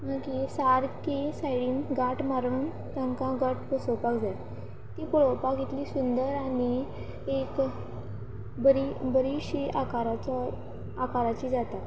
मागीर सारकी सायडीन गांठ मारून तांकां घट्ट बसोवपाक जाय तीं पळोवपाक इतलीं सुंदर आनी एक बरीं बरींशीं आकाराचो आकाराचीं जाता